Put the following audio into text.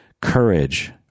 courage